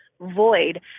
void